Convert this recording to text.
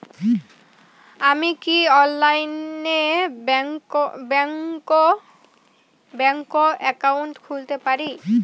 আমি কি অনলাইনে ব্যাংক একাউন্ট খুলতে পারি?